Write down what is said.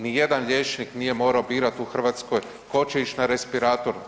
Ni jedan liječnik nije morao birati u Hrvatskoj tko će ići na respirator.